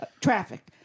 traffic